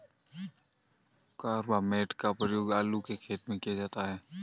carbamate का प्रयोग आलू के खेत में किया जाता है